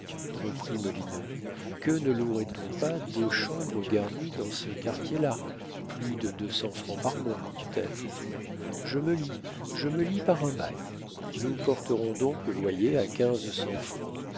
reprit molineux que ne louerait on pas deux chambres garnies dans ce quartier là plus de deux cents francs par mois peut-être je me lie je me lie par un bail nous porterons donc le loyer à quinze cents francs